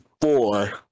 four